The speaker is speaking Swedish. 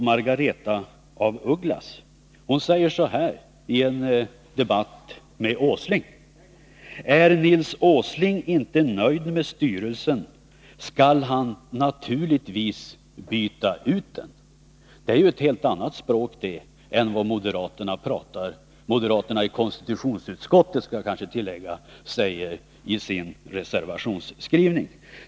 Margaretha af Ugglas säger så här i en debatt med Nils Åsling: Är Nils Åsling inte nöjd med styrelsen, skall han naturligtvis byta ut den. Det är ett helt annat språk än det moderaterna i konstitutionsutskottet använder i sin reservation.